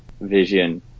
vision